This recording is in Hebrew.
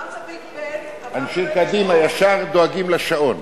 אמרת "ביג-בן" אנשי קדימה ישר דואגים לשעון.